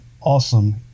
awesome